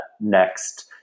next